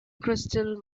crystal